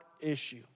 issue